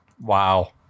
Wow